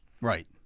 right